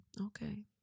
Okay